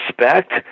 respect